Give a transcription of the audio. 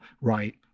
Right